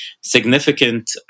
significant